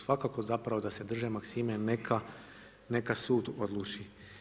Svakako zapravo da se drže maksime neka sud odluči.